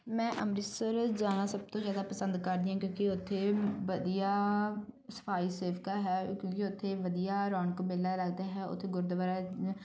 ਮੈਂ ਅੰਮ੍ਰਿਤਸਰ ਜਾਣਾ ਸਭ ਤੋਂ ਜ਼ਿਆਦਾ ਪਸੰਦ ਕਰਦੀ ਹਾਂ ਕਿਉਂਕਿ ਉੱਥੇ ਵਧੀਆ ਸਫਾਈ ਸੇਵਕਾ ਹੈ ਕਿਉਂਕਿ ਉੱਥੇ ਵਧੀਆ ਰੋਣਕ ਮੇਲਾ ਲੱਗਦਾ ਹੈ ਉੱਥੇ ਗੁਰਦੁਆਰਾ